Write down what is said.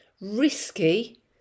risky